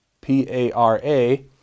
p-a-r-a